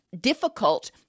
difficult